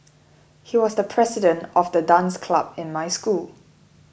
he was the president of the dance club in my school